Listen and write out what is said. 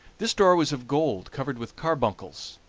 this door was of gold covered with carbuncles,